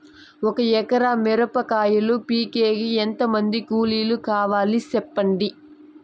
ఒక ఎకరా మిరప కాయలు పీకేకి ఎంత మంది కూలీలు కావాలి? సెప్పండి?